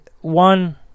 one